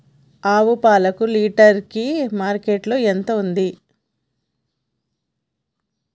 ఆవు పాలకు లీటర్ కి మార్కెట్ లో ఎంత ఉంది?